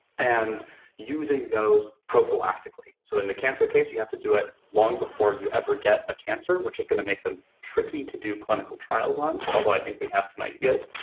and using those prophylactically. so in the cancer case, you have to do it long before you ever get a cancer, which is gonna make them tricky to do clinical trials on, although i think we have some ideas.